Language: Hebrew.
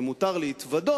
אם מותר להתוודות,